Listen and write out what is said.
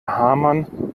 hamann